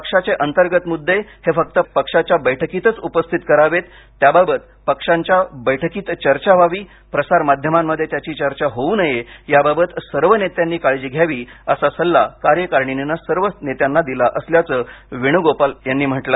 पक्षाचे अंतर्ग मुद्दे हे फक्त पक्षाच्या बैठकीतच उपस्थित करावेत त्याबाबत पक्षांच्या बैठकीत चर्चा व्हावी प्रसार माध्यमांमध्ये त्याची चर्चा होऊ नये याबाबत सर्व नेत्यांनी काळजी घ्यावी असा सल्ला कार्यकारीणीनं सर्व नेत्यांना दिला असल्याच वेणुगोपाल म्हणाले